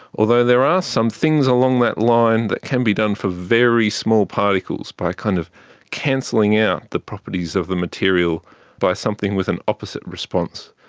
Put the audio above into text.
although there are some things along that line that can be done for very small particles, by kind of cancelling out the properties of the material by something with an opposite response.